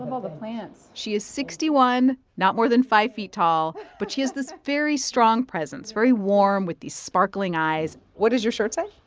um all the plants she is sixty one, not more than five feet tall. but she has this very strong presence very warm with these sparkling eyes what does your shirt say?